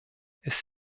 ist